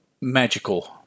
magical